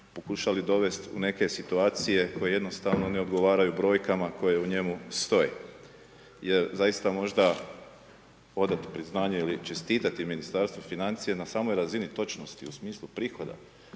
pokušali dovest u neke situacije koje jednostavno ne odgovaraju brojkama koje u njemu stoje. Jer zaista možda odati priznanje ili čestitati Ministarstvu financija na samoj razini točnosti u smislu prihoda